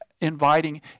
inviting